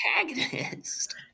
antagonist